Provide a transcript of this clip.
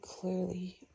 clearly